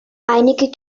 einige